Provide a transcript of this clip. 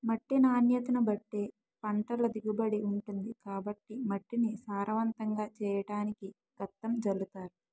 మట్టి నాణ్యతను బట్టే పంటల దిగుబడి ఉంటుంది కాబట్టి మట్టిని సారవంతంగా చెయ్యడానికి గెత్తం జల్లుతారు